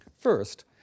First